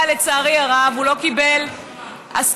אבל לצערי הרב הוא לא קיבל הסכמה.